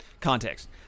context